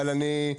אבל אני,